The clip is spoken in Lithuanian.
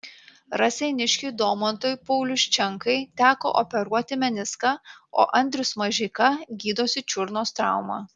raseiniškiui domantui pauliuščenkai teko operuoti meniską o andrius mažeika gydosi čiurnos traumą